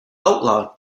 outlawed